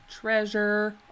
treasure